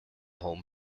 home